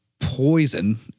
Poison